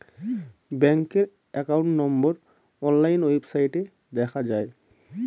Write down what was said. ব্যাঙ্কের account number online ওয়েবসাইটে দেখা যায়